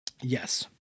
Yes